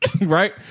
right